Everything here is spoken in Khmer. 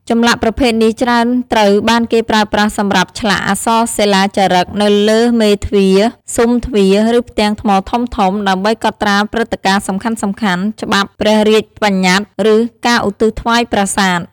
ចម្លាក់ប្រភេទនេះច្រើនត្រូវបានគេប្រើប្រាស់សម្រាប់ឆ្លាក់អក្សរសិលាចារឹកនៅលើមេទ្វារ ស៊ុមទ្វារ ឬផ្ទាំងថ្មធំៗ ដើម្បីកត់ត្រាព្រឹត្តិការណ៍សំខាន់ៗ ច្បាប់ ព្រះរាជបញ្ញត្តិ ឬការឧទ្ទិសថ្វាយប្រាសាទ។